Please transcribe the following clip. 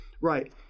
right